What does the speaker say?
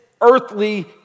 earthly